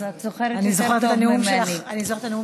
אז את זוכרת יותר טוב ממני.